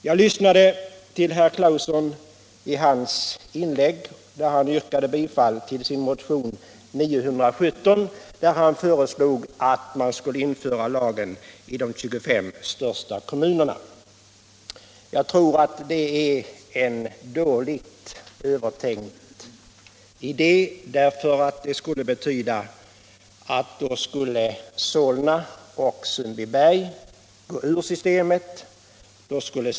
Jag lyssnade till herr Claesons inlägg, där han yrkade bifall till sin motion nr 917 med förslag om att lagen skulle utökas till att avse de 25 största kommunerna. Jag tror att det är en dåligt övervägd idé. En sådan lagändring skulle betyda att Solna och Sundbyberg skulle gå ur systemet.